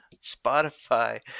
spotify